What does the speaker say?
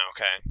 Okay